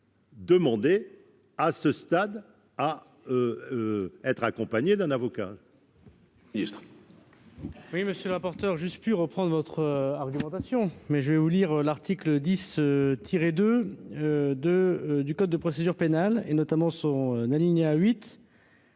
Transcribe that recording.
demander, dès ce stade, à être accompagnées d'un avocat.